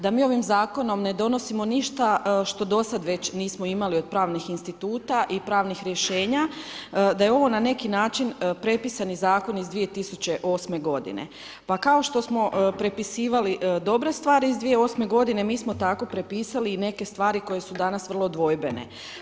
Da mi ovim zakonom ne donosimo ništa što do sad već nismo imali od pravnih instituta i pravnih rješenja, da je ovo na neki način prepisani zakon iz 2008.g. Pa kao što smo prepisivali, dobra stvar iz 2008. g. mi smo tako prepisali i neke stvari koje su danas vrlo dvojbene.